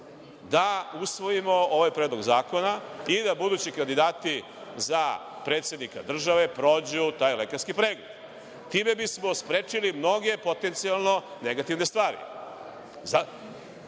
da usvojimo ovaj predlog zakona i da budući kandidati za predsednika države prođu taj lekarski pregled. Time bismo sprečili mnoge potencijalno negativne stvari.